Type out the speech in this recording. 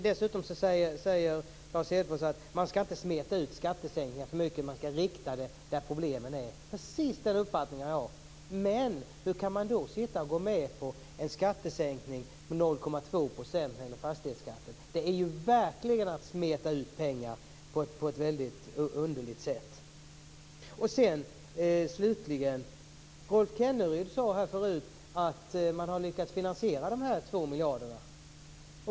Dessutom säger Lars Hedfors att man inte skall smeta ut skattesänkningar för mycket, utan rikta dem dit problemen är. Precis den uppfattningen har jag. Hur kan man då gå med på en skattesänkning på 0,2 % när det gäller fastighetsskatten? Det är ju verkligen att smeta ut pengar på ett väldigt underligt sätt. Slutligen sade Rolf Kenneryd här förut att man har lyckats finansiera de 2 miljarderna.